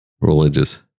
religious